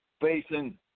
facing